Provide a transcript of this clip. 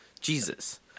Jesus